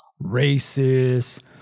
racist